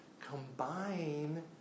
combine